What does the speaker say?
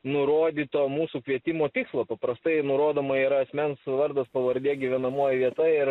nurodyto mūsų kvietimo tikslo paprastai nurodoma yra asmens vardas pavardė gyvenamoji vieta ir